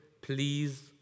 please